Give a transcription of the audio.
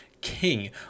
king